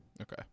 Okay